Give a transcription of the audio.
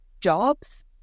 jobs